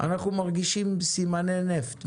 אנחנו מרגישים סימני נפט,